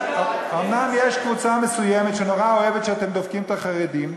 אומנם יש קבוצה מסוימת שנורא אוהבת שאתם דופקים את החרדים,